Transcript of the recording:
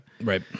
Right